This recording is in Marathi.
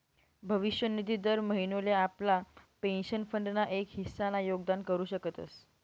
भविष्य निधी दर महिनोले आपला पेंशन फंड ना एक हिस्सा ना योगदान करू शकतस